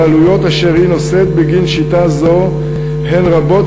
העלויות אשר היא נושאת בהן בגין שיטה זו הן גבוהות